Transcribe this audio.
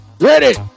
Ready